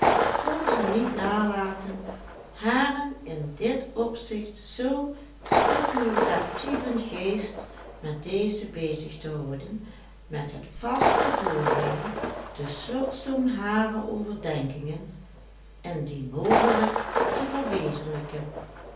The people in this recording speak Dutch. kon ze niet nalaten haren in dit opzicht zoo speculatieven geest met deze bezig te houden met het vaste voornemen de slotsom harer overdenkingen indien mogelijk te verwezenlijken